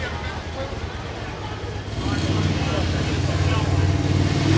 yes